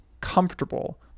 comfortable